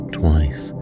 twice